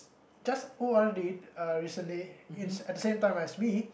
just O_R_D uh recently in at at the same time as me